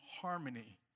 harmony